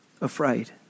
afraid